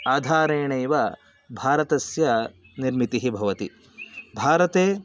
आधारेणैव भारतं निर्मितं भवति भारते